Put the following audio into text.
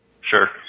Sure